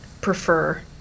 prefer